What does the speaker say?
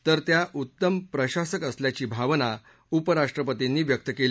तर त्या उत्तम प्रशासक असल्याची भावना उपराष्ट्रपतींनी व्यक्त केली